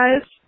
guys